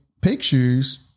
pictures